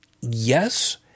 Yes